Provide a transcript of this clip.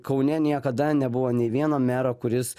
kaune niekada nebuvo nei vieno mero kuris